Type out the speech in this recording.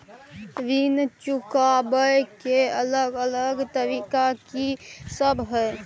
ऋण चुकाबय के अलग अलग तरीका की सब हय?